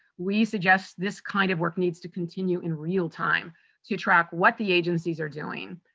we suggest this kind of work needs to continue in real time to track what the agencies are doing.